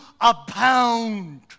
abound